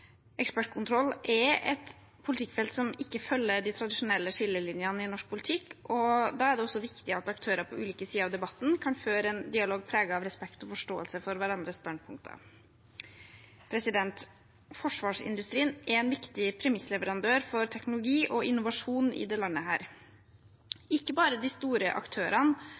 Eksportkontroll er et politikkfelt som ikke følger de tradisjonelle skillelinjene i norsk politikk, og da er det viktig at aktører på ulike sider av debatten kan føre en dialog preget av respekt og forståelse for hverandres standpunkter. Forsvarsindustrien er en viktig premissleverandør for teknologi og innovasjon i dette landet. Ikke bare de store aktørene